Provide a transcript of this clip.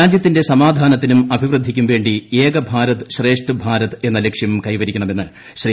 രാജ്യത്തിന്റെ സമാധാനത്തിനും അഭിവൃദ്ധിക്കും വേണ്ടി ഏക ഭാരത് ശ്രേഷ്ഠ ഭാരത് എന്ന ലക്ഷ്യം കൈവരിക്കണമെന്ന് ശ്രീ